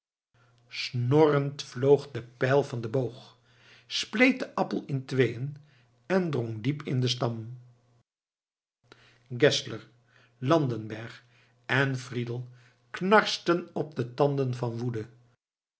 snorrend vloog de pijl van den boog spleet den appel in tweeën en drong diep in den stam geszler landenberg en friedel knarsten op de tanden van woede